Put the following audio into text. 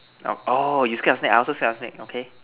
orh you scared of snake I also scared of snake okay